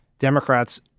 Democrats